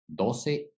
Doce